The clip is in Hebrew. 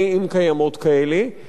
אם קיימות כאלה,